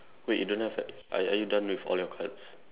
wait you don't have that are are you done with all your cards